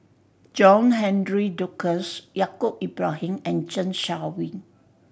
John Henry Duclos Yaacob Ibrahim and Zeng Shouyin